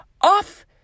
off